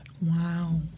Wow